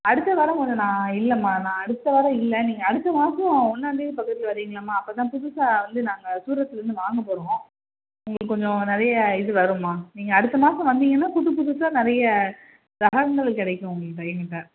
அடுத்த வாரம் கொஞ்சம் நான் இல்லைம்மா நான் அடுத்த வாரம் இல்லை நீங்கள் அடுத்த மாதம் ஒன்றாந்தேதி பக்கத்தில் வர்றிங்களாம்மா அப்போதான் புதுசாக வந்து நாங்கள் சூரத்லேருந்து வாங்க போகிறோம் உங்களுக்கு கொஞ்சம் நிறைய இது வரும்மா நீங்கள் அடுத்த மாதம் வந்தீங்கன்னால் புது புதுசாக நிறைய ரகங்கள் கிடைக்கும் உங்களுக்கு என் கிட்டே